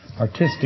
artistic